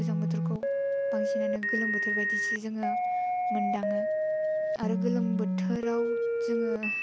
गोजां बोथोरखौ बांसिनानो गोलोम बोथोर बायदिसो जोङो मोनदाङो आरो गोलोम बोथोराव जोङो